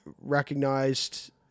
recognized